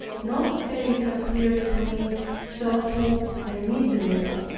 no state appeared to me so poor and miserable,